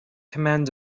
command